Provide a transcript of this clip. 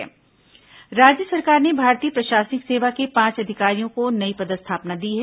पदस्थापना राज्य सरकार ने भारतीय प्रशासनिक सेवा के पांच अधिकारियों को नई पदस्थापना दी है